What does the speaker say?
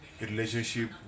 relationship